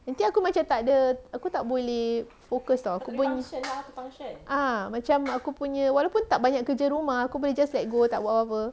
nanti aku macam takde aku tak boleh focus [tau] ah macam aku punya walaupun tak banyak kerja rumah aku boleh just let go tak buat apa-apa